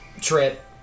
trip